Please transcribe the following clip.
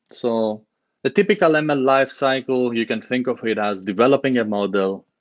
so the typical and ml lifecycle, you can think of it as developing a model.